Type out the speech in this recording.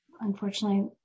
unfortunately